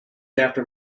after